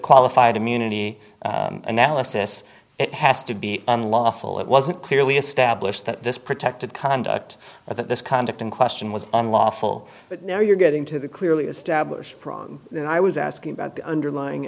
qualified immunity analysis it has to be unlawful it wasn't clearly established that this protected conduct or that this conduct in question was unlawful but now you're getting to the clearly established and i was asking about the underlying